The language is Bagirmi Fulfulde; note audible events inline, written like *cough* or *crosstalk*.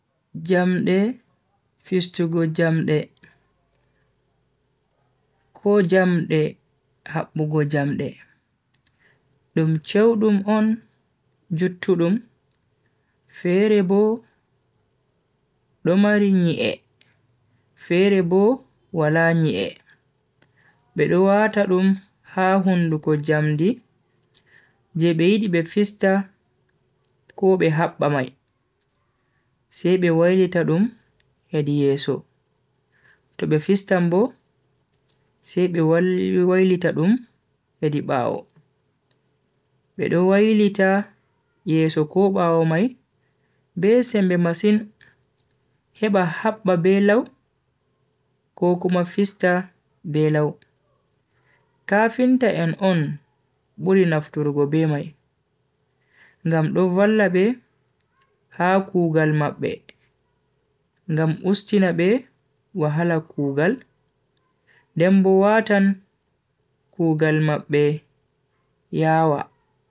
Diambe fistugo diambe ko diambe *hesitation* habbugo diambe. ɗum cewɗum on jutuɗum feere bo ɗo mari nyi'e, feere bo wala nyi'e. Ɓe ɗo wata ɗum ha hunduko jamdi je be yidi be fista ko be habba mai, se be wailita ɗum yadi yeso, to be fistambo se be wali, wailita ɗum yadi ɓawo. Ɓe ɗo wailita yeso ko ɓawo mai be sembe masin heɓa habba be lau ko kuma fista be lau. Kafinta en on ɓuri nafturgo be mai, ngam ɗo valla ɓe ha kugal maɓɓe, ngam ustina ɓe wahala kugal. Ɗen bo watan kugal maɓɓe yawa.